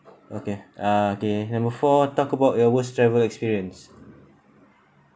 okay uh okay number four talk about your worst travel experience